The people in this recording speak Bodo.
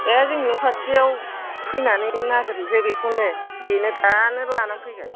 बे जोंनि न' खाथियाव फैनानै नागिरहोफै बेखौनो बिनो दानो लानानै फैगोन